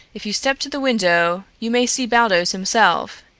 if you step to the window you may see baldos himself.